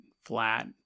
flat